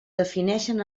defineixen